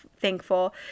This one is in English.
thankful